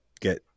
get